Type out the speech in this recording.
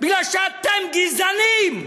מפני שאתם גזענים.